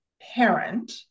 parent